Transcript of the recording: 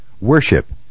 Worship